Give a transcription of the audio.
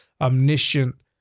omniscient